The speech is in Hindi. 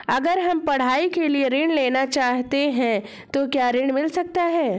अगर हम पढ़ाई के लिए ऋण लेना चाहते हैं तो क्या ऋण मिल सकता है?